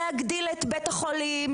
להגדיל את בית החולים,